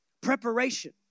Preparation